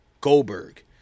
Goldberg